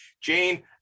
Jane